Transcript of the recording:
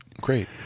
Great